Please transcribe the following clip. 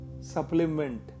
supplement